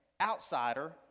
Outsider